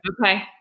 Okay